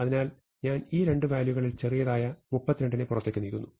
അതിനാൽ ഞാൻ ഈ രണ്ടു വാല്യൂകളിൽ ചെറിയതായ 32 നെ പുറത്തേക്ക് നീക്കുന്നു